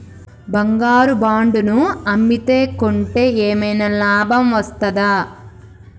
బంగారు బాండు ను అమ్మితే కొంటే ఏమైనా లాభం వస్తదా?